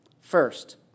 first